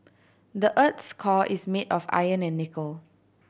the earth's core is made of iron and nickel